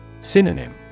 Synonym